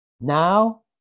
Now